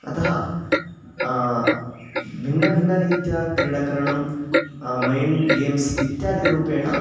अतः भिन्नभिन्नरीत्या क्रीडाकरणं मैण्ड् गेम्स् इत्यादिरूपेण